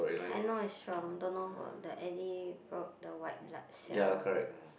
I know is strong don't know the any the the white blood cell